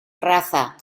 raza